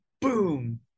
boom